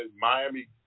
Miami